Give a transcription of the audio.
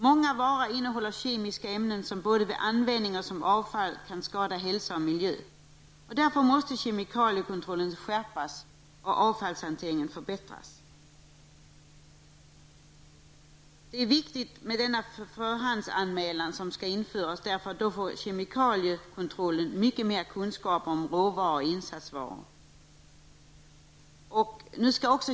Många varor innehåller kemiska ämnen som både vid användning och som avfall kan skada hälsa och miljö. Därför måste kemikaliekontrollen skärpas och avfallshanteringen förbättras. Den förhandsanmälan som skall införas är mycket viktig. Därmed får kemikaliekontrollen större kunskaper om råvaror och insatsvaror.